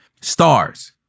Stars